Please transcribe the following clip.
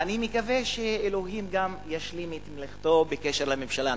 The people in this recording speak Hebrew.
אני מקווה שאלוהים גם ישלים את מלאכתו בקשר לממשלה הנוכחית,